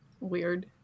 Weird